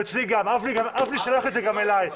אבי שלח את זה גם אליי.